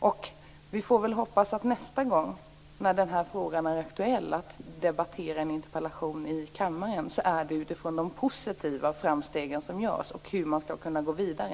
När den här frågan nästa gång blir aktuell för en interpellationsdebatt här i kammaren får vi hoppas att det blir utifrån de positiva framsteg som görs och utifrån hur man skall kunna gå vidare.